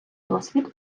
досвід